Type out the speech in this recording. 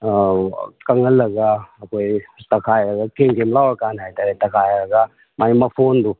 ꯀꯪꯍꯜꯂꯒ ꯑꯩꯈꯣꯏ ꯇꯛꯈꯥꯏꯔꯒ ꯀ꯭ꯔꯦꯝ ꯀ꯭ꯔꯦꯝ ꯂꯥꯎꯔꯀꯥꯟ ꯍꯥꯏꯇꯥꯔꯦ ꯇꯛꯈꯥꯏꯔꯒ ꯃꯥꯏ ꯃꯐꯣꯟꯗꯣ